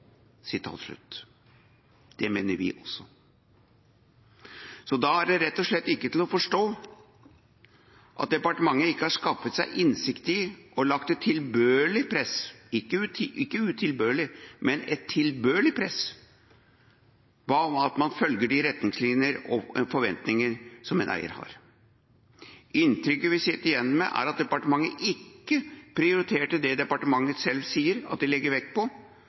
forstå at departementet ikke har skaffet seg innsikt i og lagt et tilbørlig press – ikke utilbørlig, men et tilbørlig press – på at man følger de retningslinjer og forventninger som en eier har. Inntrykket vi sitter igjen med, er at departementet ikke prioriterte det departementet selv sier at de legger vekt på,